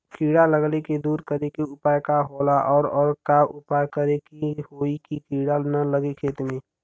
कीड़ा लगले के दूर करे के उपाय का होला और और का उपाय करें कि होयी की कीड़ा न लगे खेत मे?